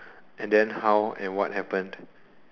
and then how and what happened